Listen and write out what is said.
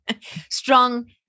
Strong